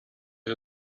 you